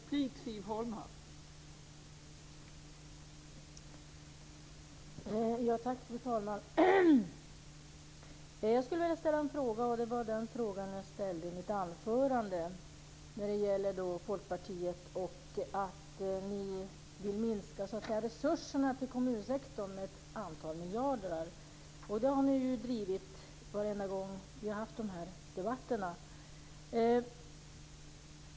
Fru talman! Jag skulle vilja ställa en fråga, och det är den fråga som jag ställde i mitt anförande. Den gäller Folkpartiet och att ni vill minska resurserna till kommunsektorn med ett antal miljarder. Det har ni ju drivit varenda gång som vi har haft de här debatterna.